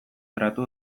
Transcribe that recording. tratu